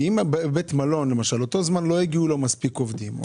כי אם באותו זמן לא הגיעו מספיק עובדים לבית המלון,